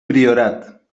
priorat